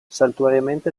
saltuariamente